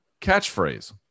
catchphrase